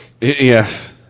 Yes